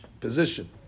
position